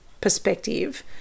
perspective